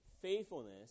Faithfulness